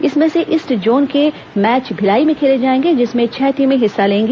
इसमें से east zone के मैच भिलाई में खेले जाएंगे जिसमें छह टीमें हिस्सा लेंगी